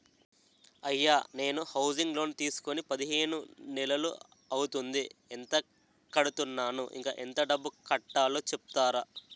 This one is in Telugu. అయ్యా నేను హౌసింగ్ లోన్ తీసుకొని పదిహేను నెలలు అవుతోందిఎంత కడుతున్నాను, ఇంకా ఎంత డబ్బు కట్టలో చెప్తారా?